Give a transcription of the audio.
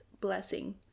blessing